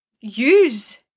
use